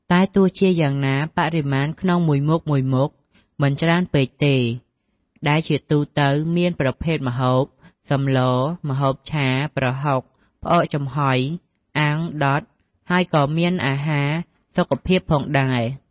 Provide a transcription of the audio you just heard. ទោះជាយ៉ាងណា បរិមាណក្នុងមួយមុខៗមិនច្រើនពេកទេ ដែលជាទូទៅមាន ប្រភេទម្ហូប សម្លរ ម្ហូបឆា ប្រហុក ផ្អកចំហុយ អាំង ដុត ហើយក៏មានអារហារសុខភាពផងដែរ។